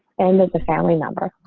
and that the family number.